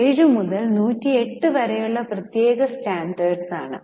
107 മുതൽ 108 വരെയുള്ള പ്രത്യേക സ്റ്റാൻഡേർഡ്സ് ആണ്